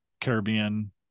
caribbean